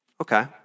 Okay